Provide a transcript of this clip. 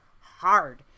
hard